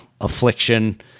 affliction